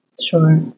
Sure